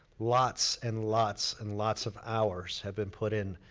lots and lots and lots of hours have been put in